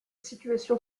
situation